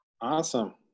Awesome